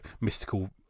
mystical